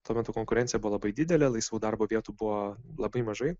tuo metu konkurencija buvo labai didelė laisvų darbo vietų buvo labai mažai